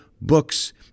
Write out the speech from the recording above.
books